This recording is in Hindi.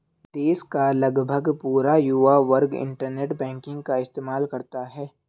देश का लगभग पूरा युवा वर्ग इन्टरनेट बैंकिंग का इस्तेमाल करता है